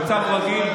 במצב רגיל,